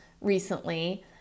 recently